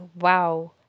wow